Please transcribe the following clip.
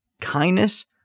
kindness